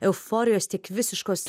euforijos tiek visiškos